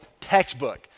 textbook